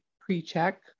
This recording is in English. pre-check